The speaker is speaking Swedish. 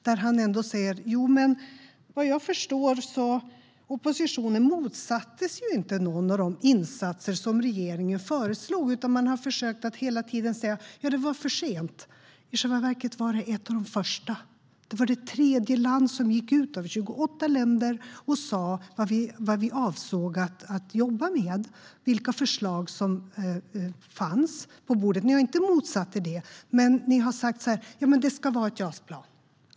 Han säger ändå att oppositionen vad han förstår inte motsatte sig några av de insatser regeringen föreslog, utan den har hela tiden försökt säga att det var för sent. I själva verket var det en av de första insatserna. Vi var det tredje landet, av 28, som gick ut och sa vad vi avsåg att jobba med och vilka förslag som fanns på bordet. Ni har inte motsatt er det, men ni har sagt att det ska vara ett JAS-plan.